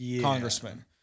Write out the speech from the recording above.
congressman